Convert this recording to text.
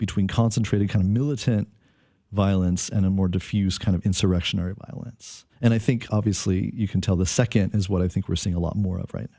between concentrated kind of militant violence and a more diffuse kind of insurrectionary violence and i think obviously you can tell the second is what i think we're seeing a lot more of right